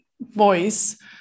voice